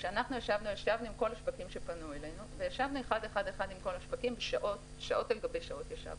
אנחנו ישבנו אחד-אחד עם כל השווקים שפנו אלינו שעות על גבי שעות.